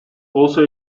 also